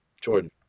Jordan